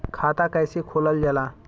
खाता कैसे खोलल जाला?